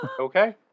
Okay